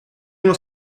uno